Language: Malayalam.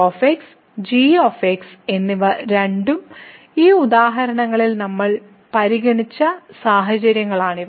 f g എന്നിവ രണ്ടും ഈ ഉദാഹരണങ്ങളിൽ നാം പരിഗണിച്ച സാഹചര്യങ്ങളാണിവ